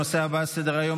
הנושא הבא על סדר-היום,